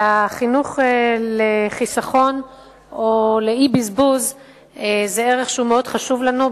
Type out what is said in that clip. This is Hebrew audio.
והחינוך לחיסכון או לאי-בזבוז זה ערך שהוא מאוד חשוב לנו,